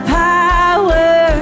power